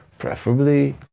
Preferably